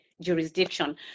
jurisdiction